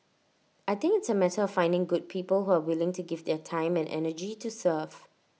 I think it's A matter of finding good people who are willing to give their time and energy to serve